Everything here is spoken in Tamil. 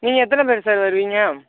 நீங்கள் எத்தனை பேர் சார் வருவீங்க